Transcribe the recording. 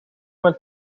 met